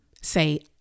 say